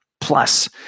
Plus